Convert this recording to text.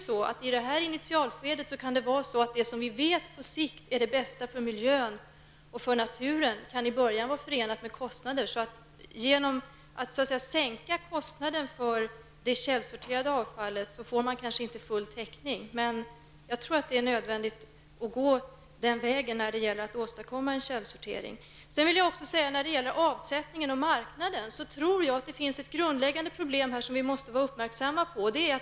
I initialskedet kan det tyvärr vara så att det som på sikt är det bästa för miljön och naturen är förenat med kostnader. Genom att sänka kostnaden för det källsorterade avfallet får man kanske inte full täckning, men jag tror att det är nödvändigt att gå den vägen när det gäller att åstadkomma en källsortering. Jag tror att det finns ett grundläggande problem när det gäller avsättningen och marknaden för de återvunna produkterna. Vi måste vara uppmärksamma på detta.